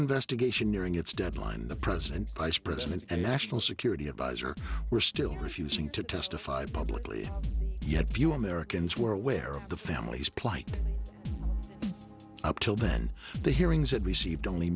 investigation nearing its deadline the president vice president and national security adviser were still refusing to testify publicly yet few americans were aware of the family's plight up till then the hearings had received only